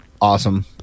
awesome